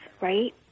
right